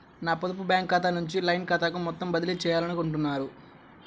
నా పొదుపు బ్యాంకు ఖాతా నుంచి లైన్ ఖాతాకు మొత్తం బదిలీ చేయాలనుకుంటున్నారా?